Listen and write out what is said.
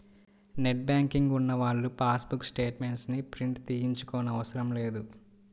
net banking ఉన్నవాళ్ళు passbook statements ని print తీయించుకోనవసరం లేదు